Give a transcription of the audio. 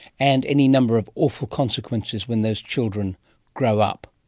and any number of awful consequences when those children grow up.